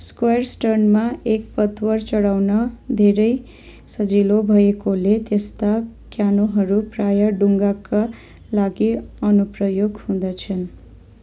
square स्टर्नमा एक पतवर चढाउन धेरै सजिलो भएकोले त्यस्ता क्यानोहरू प्राय डुङ्गाका लागि अनुप्रयोग हुँदछन्